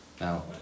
Now